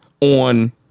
on